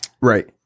Right